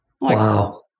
Wow